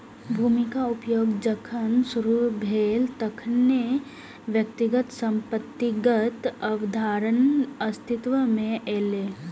भूमिक उपयोग जखन शुरू भेलै, तखने व्यक्तिगत संपत्तिक अवधारणा अस्तित्व मे एलै